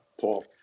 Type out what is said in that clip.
Paul